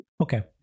Okay